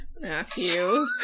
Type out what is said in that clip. Matthew